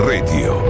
Radio